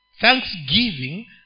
Thanksgiving